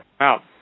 out